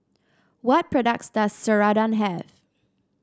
what products does Ceradan have